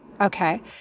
Okay